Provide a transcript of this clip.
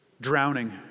drowning